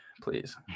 please